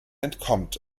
entkommt